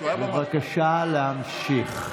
בבקשה להמשיך.